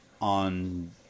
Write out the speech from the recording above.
on